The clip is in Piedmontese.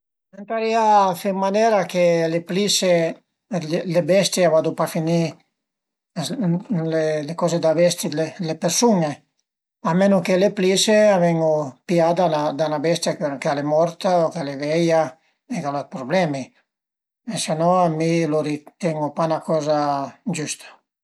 Ëntarìa fe ën manera che le plisse d'le bestie a vadu pa finì ën le coze da vesti d'le persun-e a menu che le plisse a ven-u pià da 'na bestia ch'al e morta o ch'al e veia o ch'al a dë prublemi e se no mi lu tiren-u pa 'na coza giüsta